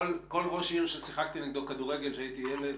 כל ראש עיר ששיחקתי נגדו כדורגל כשהייתי ילד,